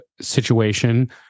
situation